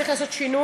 צריך לעשות שינוי,